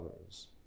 others